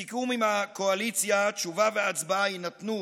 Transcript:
בסיכום עם הקואליציה, תשובה והצבעה יינתנו